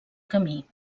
camí